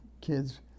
kids